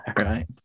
right